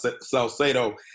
Salcedo